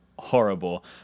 horrible